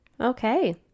Okay